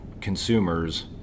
consumers